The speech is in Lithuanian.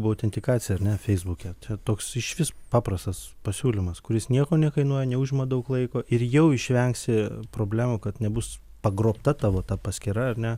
autentikacija ar ne feisbuke toks išvis paprastas pasiūlymas kuris nieko nekainuoja neužima daug laiko ir jau išvengsi problemų kad nebus pagrobta tavo ta paskyra ar ne